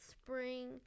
spring